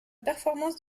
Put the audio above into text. performance